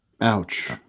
Ouch